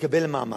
מקבל מעמד.